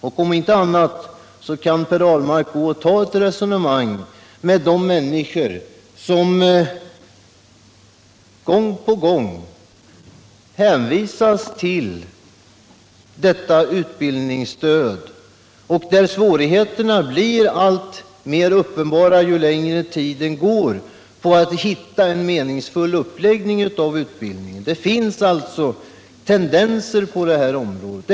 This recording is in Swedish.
Om inte annat borde Per Ahlmark ta ett resonemang med de människor som gång på gång hänvisas till detta utbildningsstöd, men som ju längre tiden går får alltmer uppenbara svårigheter att hitta en meningsfull uppläggning för denna utbildning. Det finns sådana tendenser på det här området.